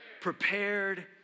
prepared